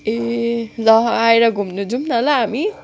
ए ल आएर घुम्नु जाऊँ न ल हामी